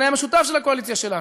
וזה המכנה המשותף של הקואליציה שלנו,